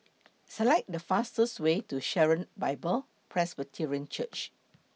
Select The fastest Way to Sharon Bible Presbyterian Church